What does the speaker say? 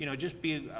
you know just be ah,